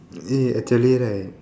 eh actually right